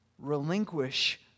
relinquish